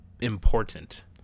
important